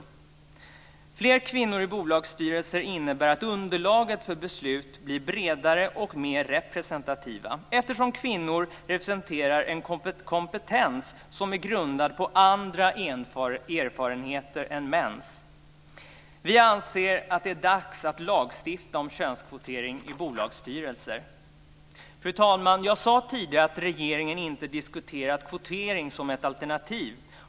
Fler kvinnor i bolagsstyrelser innebär att underlagen för beslut blir bredare och mer representativa, eftersom kvinnor representerar en kompetens som är grundad på andra erfarenheter än mäns. Vi anser att det är dags att lagstifta om könskvotering i bolagsstyrelser. Fru talman! Jag sade tidigare att regeringen inte diskuterat kvotering som ett alternativ.